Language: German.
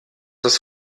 das